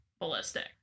ballistic